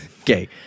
Okay